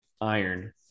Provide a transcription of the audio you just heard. iron